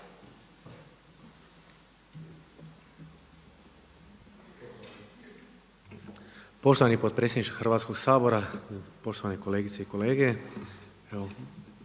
Poštovani potpredsjedniče Hrvatskog sabora, poštovane kolegice i kolege.